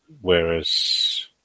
Whereas